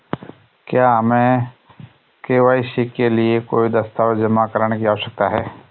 क्या हमें के.वाई.सी के लिए कोई दस्तावेज़ जमा करने की आवश्यकता है?